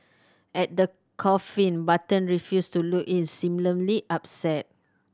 at the coffin Button refused to look in seemingly upset